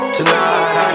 Tonight